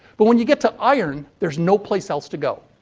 but when you get to iron, there's no place else to go.